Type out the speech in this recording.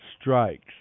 strikes